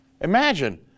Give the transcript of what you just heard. Imagine